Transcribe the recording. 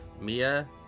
Mia